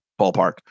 ballpark